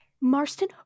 Marston